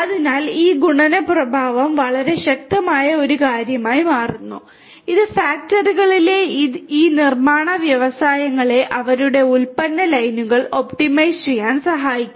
അതിനാൽ ഈ ഗുണന പ്രഭാവം വളരെ ശക്തമായ ഒരു കാര്യമായി മാറുന്നു ഇത് ഫാക്ടറികളിലെ ഈ നിർമ്മാണ വ്യവസായങ്ങളെ അവരുടെ ഉൽപ്പന്ന ലൈനുകൾ ഒപ്റ്റിമൈസ് ചെയ്യാൻ സഹായിക്കും